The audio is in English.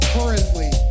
Currently